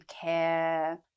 care